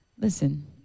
Listen